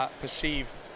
perceive